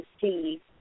see